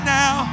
now